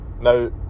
Now